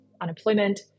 unemployment